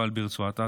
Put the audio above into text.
נפל ברצועת עזה,